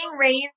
raised